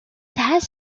has